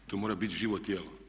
To mora biti živo tijelo.